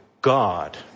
God